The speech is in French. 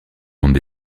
bandes